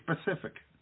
specific